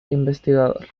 investigador